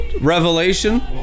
revelation